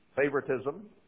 favoritism